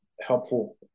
helpful